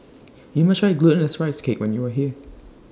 YOU must Try Glutinous Rice Cake when YOU Are here